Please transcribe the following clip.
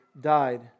died